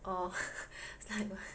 orh is like what